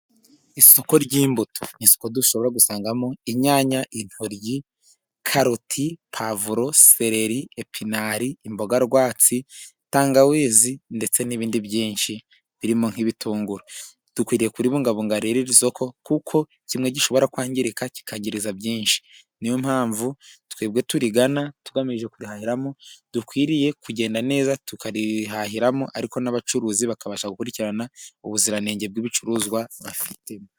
Isoko ry'imbuto n'isoko dushobora gusangamo; inyanya,, itoryi, karoti, pavuro, sereri, epinari imboga rwatsi, itangawizi, ndetse n'ibindi byinshi birimo nk'ibitunguru dukwiriye kuribungabunga rero, iri soko kuko kimwe gishobora kwangirika kikagiriza byinshi, niyo mpamvu twebwe turigana tugamije guhahiramo, dukwiriye kugenda neza tukarihahiramo ariko n'abacuruzi bakabasha gukurikirana ubuziranenge bw'ibicuruzwa bafite.